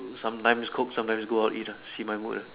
sometimes cook sometimes go out eat lah see my mood lah